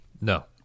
No